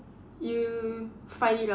you fight it out